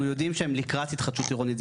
יודעים שהם לקראת התחדשות עירונית.